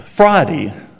Friday